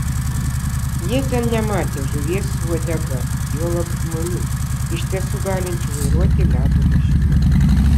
jie ten nematę žuvies su uodega juolab žmonių iš tiesų galinčių vairuoti ledo mašiną